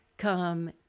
Come